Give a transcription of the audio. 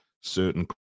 certain